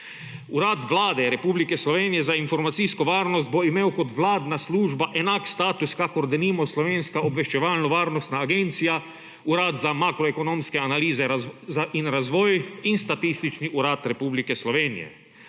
Urad Vlade Republike Slovenije za informacijsko varnost bo imel kot vladna služba enak status kakor denimo slovenska Obveščevalno-varnostna agencija, Urad za makroekonomske analize in razvoj in Statistični urad Republike Slovenije.